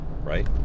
right